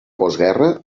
postguerra